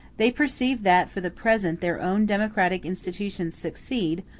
they perceive that, for the present, their own democratic institutions succeed,